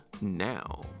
now